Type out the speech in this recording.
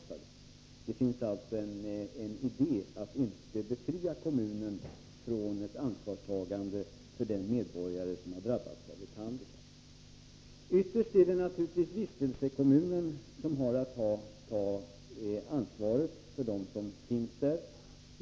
Det finns alltså en idé om att inte befria kommunen från ett ansvarstagande för den medborgare som har drabbats av handikapp. Ytterst är det naturligtvis vistelsekommunen som har att ta ansvar för dem som finns där.